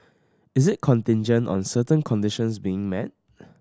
is it contingent on certain conditions being met